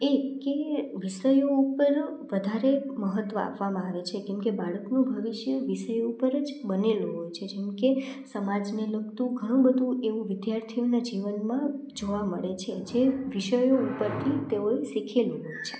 એ કે વિષય ઉપર વધારે મહત્ત્વ આપવામાં આવે છે કેમ કે બાળકનું ભવિષ્ય વિષયો ઉપર જ બનેલું હોય છે જેમ કે સમાજને લાગતું ઘણું બધું એવું વિદ્યાર્થીઓના જીવનમાં જોવા મળે છે જે વિષય ઉપરથી તેઓએ શીખેલું હોય છે